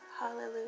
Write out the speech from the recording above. hallelujah